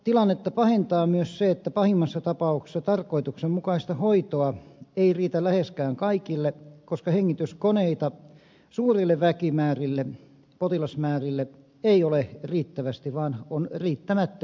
tilannetta pahentaa myös se että pahimmassa tapauksessa tarkoituksenmukaista hoitoa ei riitä läheskään kaikille koska hengityskoneita suurille väkimäärille potilasmäärille ei ole riittävästi vaan on riittämättömästi